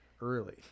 early